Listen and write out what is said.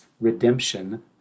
redemption